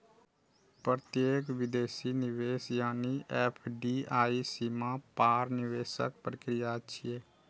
प्रत्यक्ष विदेशी निवेश यानी एफ.डी.आई सीमा पार निवेशक प्रक्रिया छियै